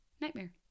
nightmare